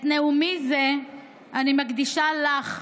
את נאומי זה אני מקדישה לך,